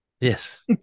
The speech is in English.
Yes